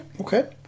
Okay